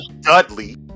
Dudley